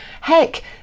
Heck